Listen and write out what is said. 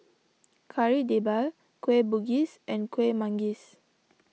Kari Debal Kueh Bugis and Kueh Manggis